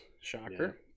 Shocker